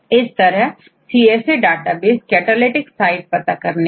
इस तरह किसी विशेष प्रोटीन के लिए हमें लाल रंग में कैटालिटिक साइट रेसिड्यू दिखाई दे सकते हैं